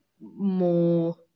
more